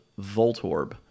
voltorb